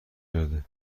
کرده